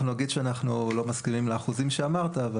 נגיד שאנחנו לא מסכימים לאחוזים שאמרת.